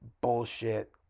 bullshit